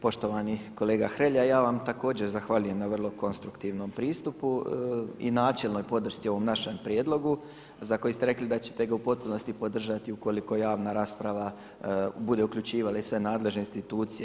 Poštovani kolega Hrelja, ja vam također zahvaljujem na vrlo konstruktivnom pristupu i načelnoj podršci ovom našem prijedlogu za koji ste rekli da ćete ga u potpunosti podržati ukoliko javna rasprava bude uključivala i sve nadležne institucije.